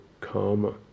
karma